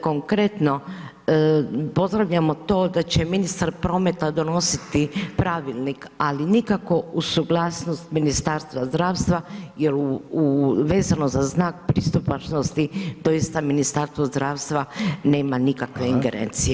Konkretno, pozdravljamo to da će ministar prometa donositi pravilnik, ali nikako uz suglasnost Ministarstva zdravstva jer vezano za znak pristupačnosti to isto Ministarstvo zdravstva nema nikakve ingerencije.